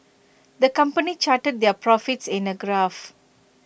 the company charted their profits in A graph